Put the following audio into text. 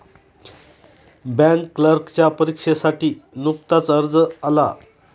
bank क्लर्कच्या परीक्षेसाठी नुकताच अर्ज आला